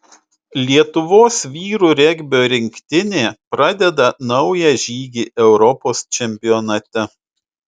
lietuvos vyrų regbio rinktinė pradeda naują žygį europos čempionate